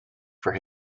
for